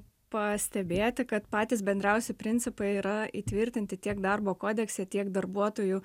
pastebėti kad patys bendriausi principai yra įtvirtinti tiek darbo kodekse tiek darbuotojų